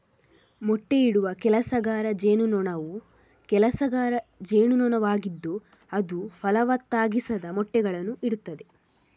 ಮೊಟ್ಟೆಯಿಡುವ ಕೆಲಸಗಾರ ಜೇನುನೊಣವು ಕೆಲಸಗಾರ ಜೇನುನೊಣವಾಗಿದ್ದು ಅದು ಫಲವತ್ತಾಗಿಸದ ಮೊಟ್ಟೆಗಳನ್ನು ಇಡುತ್ತದೆ